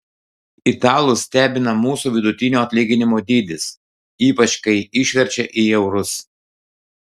italus stebina mūsų vidutinio atlyginimo dydis ypač kai išverčia į eurus